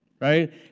right